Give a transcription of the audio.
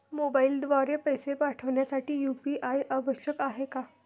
मोबाईलद्वारे पैसे पाठवण्यासाठी यू.पी.आय आवश्यक आहे का?